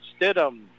Stidham